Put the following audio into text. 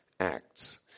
acts